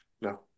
No